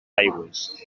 aigües